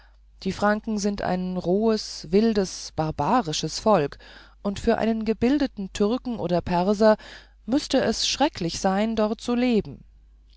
die franken sind ein rohes wildes barbarisches volk und für einen gebildeten türken oder perser müßte es schrecklich sein dort zu leben